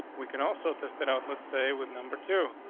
we can also this that out. let's say with number two,